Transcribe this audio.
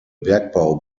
bergbau